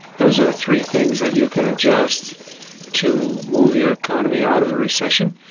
those are the three things that you can adjust to move your economy out of a recession,